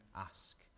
ask